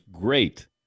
great